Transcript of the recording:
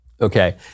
Okay